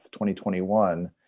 2021